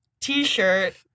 t-shirt